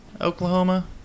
Oklahoma